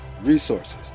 resources